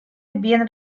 bien